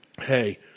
Hey